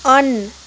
on